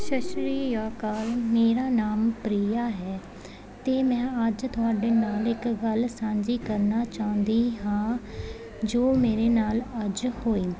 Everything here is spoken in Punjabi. ਸਤਿ ਸ਼੍ਰੀ ਅਕਾਲ ਮੇਰਾ ਨਾਮ ਪ੍ਰੀਆ ਹੈ ਅਤੇ ਮੈਂ ਅੱਜ ਤੁਹਾਡੇ ਨਾਲ ਇੱਕ ਗੱਲ ਸਾਂਝੀ ਕਰਨਾ ਚਾਹੁੰਦੀ ਹਾਂ ਜੋ ਮੇਰੇ ਨਾਲ ਅੱਜ ਹੋਈ